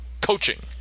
coaching